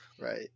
Right